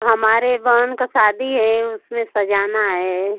हमारे बहन का शादी है उसमें सजाना है